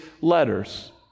letters